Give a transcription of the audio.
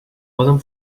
poden